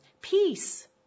peace